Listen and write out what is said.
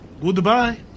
Goodbye